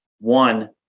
one